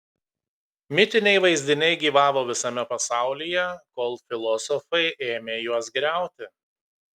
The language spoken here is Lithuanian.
mitiniai vaizdiniai gyvavo visame pasaulyje kol filosofai ėmė juos griauti